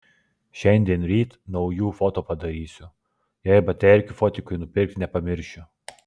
šiandien ryt naujų foto padarysiu jei baterkių fotikui nupirkti nepamiršiu